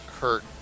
hurt